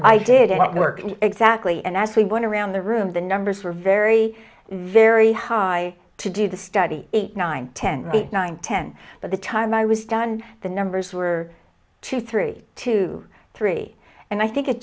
i did not work exactly and as we went around the room the numbers were very very high to do the study eight nine ten eight nine ten but the time i was done the numbers were two three to three and i think it